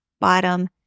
bottom